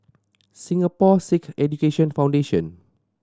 Singapore Sikh Education Foundation